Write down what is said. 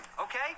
okay